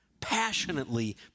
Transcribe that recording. passionately